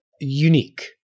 Unique